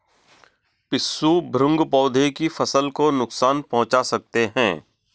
पिस्सू भृंग पौधे की फसल को नुकसान पहुंचा सकते हैं